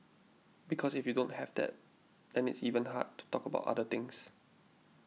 because if you don't have that then it's even hard to talk about other things